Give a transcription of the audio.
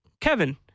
Kevin